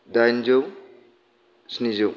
दाइनजौ स्निजौ